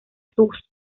sus